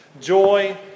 joy